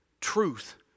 Truth